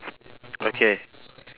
okay